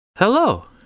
Hello